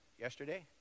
yesterday